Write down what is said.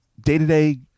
day-to-day